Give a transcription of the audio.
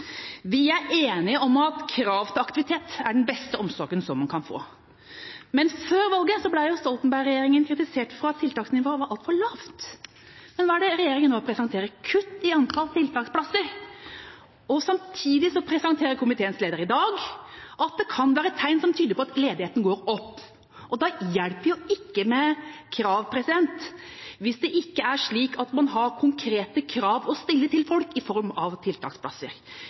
Vi er enige om at krav til aktivitet er den beste omsorgen som en kan få. Før valget ble Stoltenberg-regjeringa kritisert for at tiltaksnivået var for lavt. Men hva er det regjeringa nå presenterer: kutt i antall tiltaksplasser, og samtidig presenterer komiteens leder i dag at det kan være tegn som tyder på at ledigheten går opp. Det hjelper jo ikke med krav hvis det ikke er slik at man har konkrete krav å stille til folk i form av tiltaksplasser.